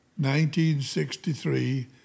1963